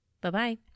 Bye-bye